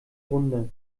runde